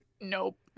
Nope